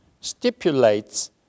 stipulates